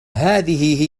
هذه